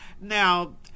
Now